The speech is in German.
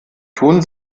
tun